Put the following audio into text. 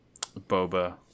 Boba